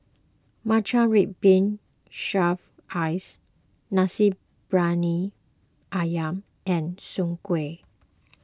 Matcha Red Bean Shaved Ice Nasi Briyani Ayam and Soon Kway